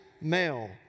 male